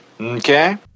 Okay